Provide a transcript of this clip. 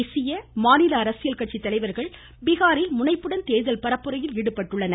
தேசிய மற்றும் மாநில அரசியல் கட்சித்தலைவர்கள் பீகாரில் முனைப்புடன் தேர்தல் பரப்புரையில் ஈடுபட்டுள்ளனர்